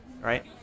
right